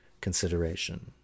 consideration